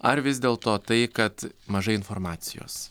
ar vis dėlto tai kad mažai informacijos